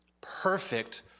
perfect